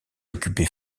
occupait